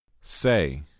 Say